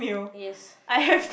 yes